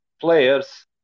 players